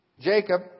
Jacob